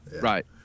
Right